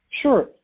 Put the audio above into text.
sure